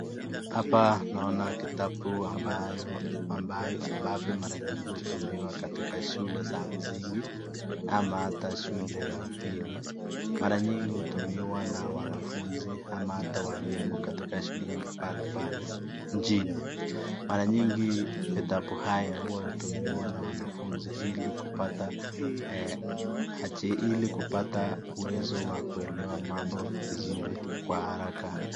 Hapa naona kitabu ambayo, ambavyo mara nyingi hutumiwa katika shule za msingi ama hata shule ya upili. Mara nyingi hutumiwa na wanafunzi ama hata walimu katika shule mbalimbali nchini. Mara nyingi vitabu haya huwa hutumiwa na wanafunzi ili kupata, ili kupata uwezo wa kuelewa mambo vizuri kwa haraka.